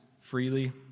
freely